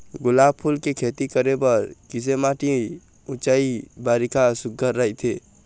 गुलाब फूल के खेती करे बर किसे माटी ऊंचाई बारिखा सुघ्घर राइथे?